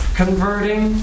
converting